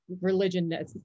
religion